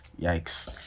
yikes